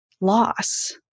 loss